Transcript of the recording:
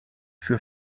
für